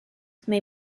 may